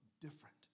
different